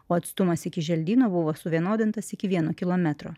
o atstumas iki želdyno buvo suvienodintas iki vieno kilometro